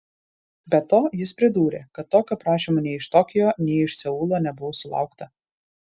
be to jis pridūrė kad tokio prašymo nei iš tokijo nei iš seulo nebuvo sulaukta